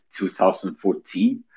2014